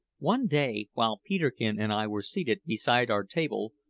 one day, while peterkin and i were seated beside our table,